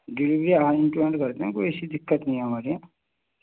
delivery آ hand to hand کرتے ہیں کوئی ایسی دقت نہیں ہے ہمارے یہاں